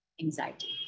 anxiety